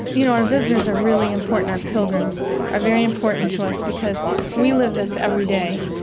you know, our visitors are really important, our pilgrims are very important to us because we live this every day,